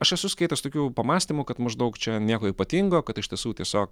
aš esu skaitęs tokių pamąstymų kad maždaug čia nieko ypatingo kad iš tiesų tiesiog